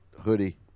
hoodie